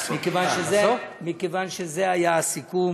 מכיוון שזה היה הסיכום.